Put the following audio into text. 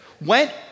went